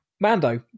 Mando